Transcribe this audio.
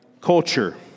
culture